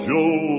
Joe